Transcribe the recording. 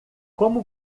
como